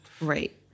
right